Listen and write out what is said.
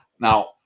now